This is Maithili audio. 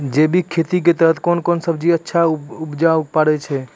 जैविक खेती के तहत कोंन कोंन सब्जी अच्छा उगावय पारे छिय?